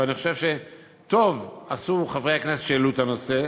ואני חושב שטוב עשו חברי הכנסת שהעלו את הנושא,